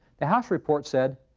the house report said,